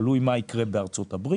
ותלוי מה יקרה בארצות-הברית.